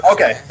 Okay